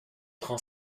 prend